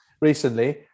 Recently